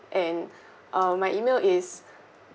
and uh my email is